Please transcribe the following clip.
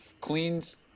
cleans